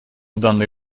данной